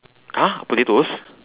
!huh! potatoes